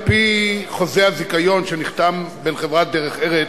על-פי חוזה הזיכיון שנחתם בין חברת "דרך ארץ",